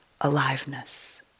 aliveness